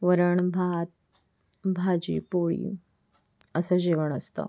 वरण भात भाजी पोळी असं जेवण असतं